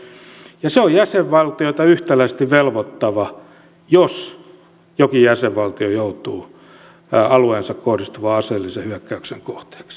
ja se on jäsenvaltioita yhtäläisesti velvoittava jos jokin jäsenvaltio joutuu alueeseensa kohdistuvan aseellisen hyökkäyksen kohteeksi